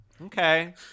Okay